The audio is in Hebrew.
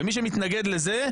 ומי שמתנגד לזה,